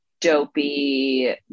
dopey